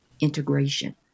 integration